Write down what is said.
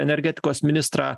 energetikos ministrą